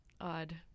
odd